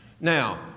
Now